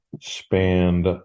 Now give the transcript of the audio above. Spanned